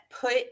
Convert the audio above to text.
put